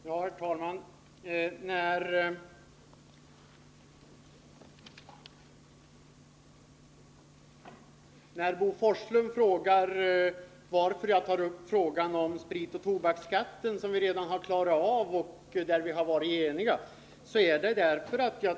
Herr talman! Bo Forslund frågade varför jag tar upp frågan om skatten på sprit och tobak, som vi redan har behandlat och enhälligt beslutat om.